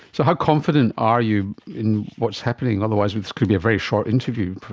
so how confident are you in what's happening? otherwise but this could be a very short interview!